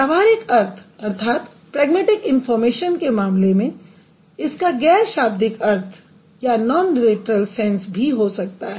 व्यवहारिक अर्थ के मामले में इसका गैर शाब्दिक अर्थ भी हो सकता है